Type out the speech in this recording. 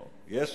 לא, יש